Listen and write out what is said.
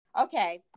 okay